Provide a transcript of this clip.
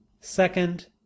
Second